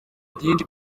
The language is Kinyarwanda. byinshi